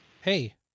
Hey